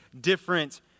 different